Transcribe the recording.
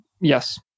Yes